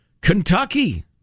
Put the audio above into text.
Kentucky